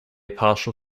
partial